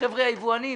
חבר'ה היבואנים,